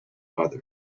others